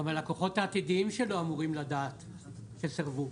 גם הלקוחות העתידיים שלו אמורים לדעת, שסירבו.